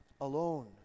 alone